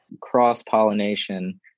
cross-pollination